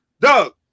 Doug